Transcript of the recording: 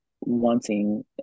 wanting